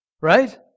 right